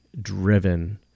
driven